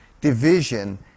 division